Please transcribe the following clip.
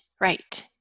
right